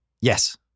Yes